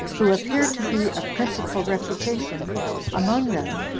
who appear to be of principal reputation among them,